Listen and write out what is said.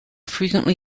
frequently